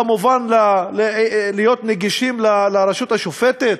כמובן, להיות נגישים לרשות השופטת?